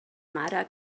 mare